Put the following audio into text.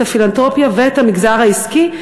את הפילנתרופיה ואת המגזר העסקי.